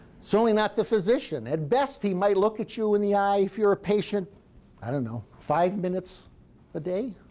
certainly not the physician. at best, he might look at you in the eye if you're a patient i don't know five minutes a day.